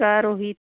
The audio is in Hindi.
उसका रोहित